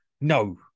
no